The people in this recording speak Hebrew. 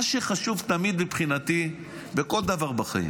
מה שחשוב תמיד, מבחינתי, בכל דבר בחיים,